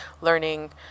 learning